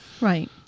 Right